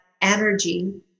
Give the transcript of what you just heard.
energy